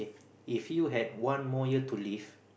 if you had one more year to live